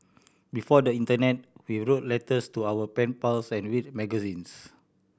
before the internet we wrote letters to our pen pals and read magazines